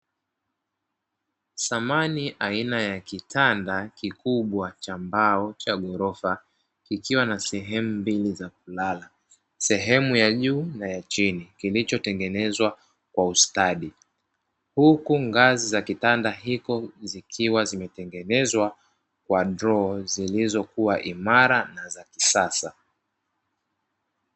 Samani aina ya kitanda kikubwa cha mbao cha ghorofa kikiwa na sehemu mbili za kulala sehemu ya juu na ya chini kilichotengenezwa kwa ustadi, huku ngazi za kitanda hiko zikiwa zimetengenezwa kwa droo zilizokuwa imara na za kisasa.